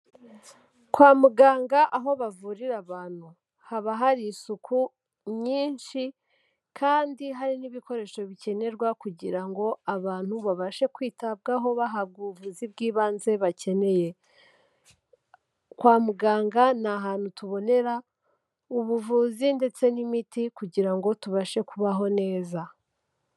Kwa muganga aho bavurira abantu haba hari isuku nyinshi, kandi hari n'ibikoresho bikenerwa kugira ngo abantu babashe kwitabwaho, bahabwa ubuvuzi bw'ibanze bakeneye. Kwa muganga ni ahantu tubonera ubuvuzi ndetse n'imiti kugira ngo tubashe kubaho neza.